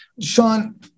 Sean